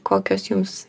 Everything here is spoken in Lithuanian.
kokios jums